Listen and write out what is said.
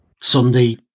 Sunday